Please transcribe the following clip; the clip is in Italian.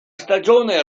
stagione